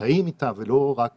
שחיים איתה ולא רק